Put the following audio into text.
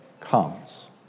comes